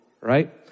right